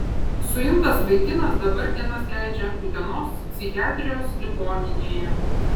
suimtas vaikinas dabar dienas leidžia utenos psichiatrijos ligoninėje